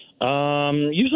usually